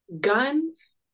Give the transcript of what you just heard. guns